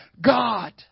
God